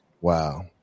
Wow